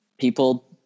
people